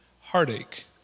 heartache